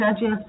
judge